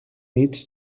needs